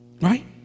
Right